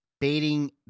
baiting